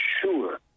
sure